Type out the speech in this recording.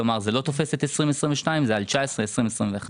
שזה השנים 2019,2020 ו-2021,